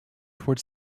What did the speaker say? toward